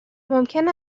ممکن